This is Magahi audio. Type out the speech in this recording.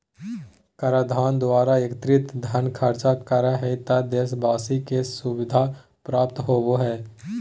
कराधान द्वारा एकत्रित धन खर्च करा हइ त देशवाशी के सुविधा प्राप्त होबा हइ